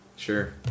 Sure